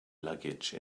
luggage